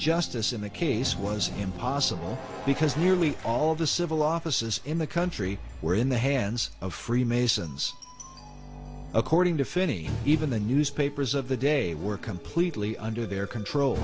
justice in the case was impossible because nearly all of the civil offices in the country were in the hands of freemasons according to finney even the newspapers of the day were completely under their control